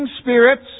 spirits